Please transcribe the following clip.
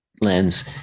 lens